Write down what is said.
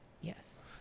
Yes